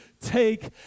take